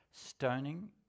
Stoning